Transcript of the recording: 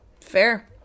Fair